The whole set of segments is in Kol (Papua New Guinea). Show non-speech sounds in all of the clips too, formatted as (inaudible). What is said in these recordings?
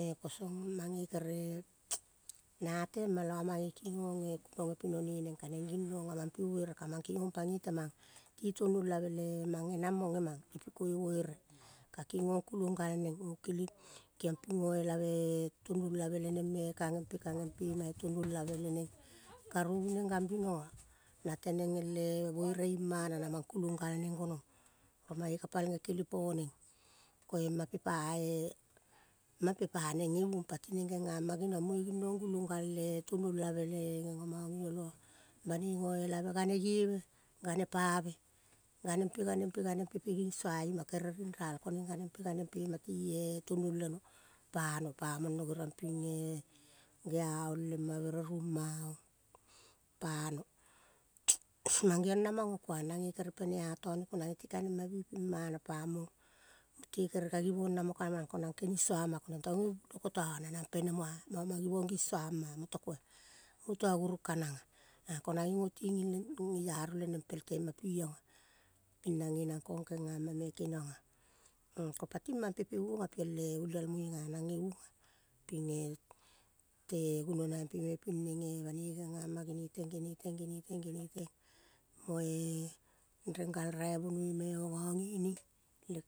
E kosong mange kere (noise) na atema la mange kingong kunonge pino ne neng kaneng ginong amang pi vere kamang kingong pangoi temang ti tonuelave le mang. Ngenang mo ngenang ipi ko ivere ka kingong kulong galneng. Ngo (unintelligible) kiong ping ngoelave tonuolave leneng me. Kange mpe, kange mpe ima itonuolave l neng karovu neng gambinoga na teneng ele vere imana namang kulong galneng gonong ko mae ka palnge kele poneng koe mampe pae. Mampe pa neng ngeuong pati neng gengama geniong munge ginong gulong gale tmuolave le ngengama ngi ngoloa banoi ngoelave gane gieve, gane gieve, gane mpe, ganempe gane mpe ping ginsua ima. Kere rinral koneng ganempe gane mpe ima tie tuonol leno. Pono pamang no geriong ping geaong lema bere ruma ong pano (noise) mangeong na manga kuang nange kere pene atang ko nangeti kange ma bi pimana pamang mute kere ka givong namo kamang ko nang kenisua ma konang tongo bilokota nanang pene moa. Ma mang givong ginsuama muta koa. Muta gurung kananga, ko nae ngo tingi le, ngeiaro leneng pel tema pionga. Ping nange nang kong keagama me kenionga. Ng ko pait mampe peuonga piele olialmoi nganang ngeuonga pinge te gunonai pe me pineng banoi gengama geneteng, geneteng, geneteng, geneteng. Moe rengal raivonoi meo ngangining (unintelligible) le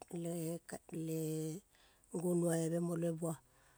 gonuvaive mo le bua.